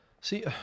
See